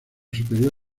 superior